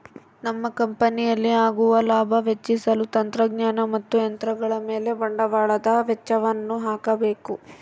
ನಮ್ಮ ಕಂಪನಿಯಲ್ಲಿ ಆಗುವ ಲಾಭ ಹೆಚ್ಚಿಸಲು ತಂತ್ರಜ್ಞಾನ ಮತ್ತು ಯಂತ್ರಗಳ ಮೇಲೆ ಬಂಡವಾಳದ ವೆಚ್ಚಯನ್ನು ಹಾಕಬೇಕು